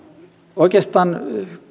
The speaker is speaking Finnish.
oikeastaan